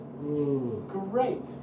Great